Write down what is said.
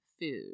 food